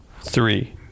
three